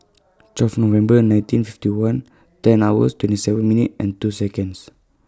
twelve November nineteen fifty one ten hours twenty seven minutes and two Seconds